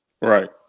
Right